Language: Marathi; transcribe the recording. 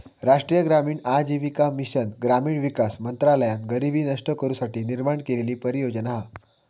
राष्ट्रीय ग्रामीण आजीविका मिशन ग्रामीण विकास मंत्रालयान गरीबी नष्ट करू साठी निर्माण केलेली परियोजना हा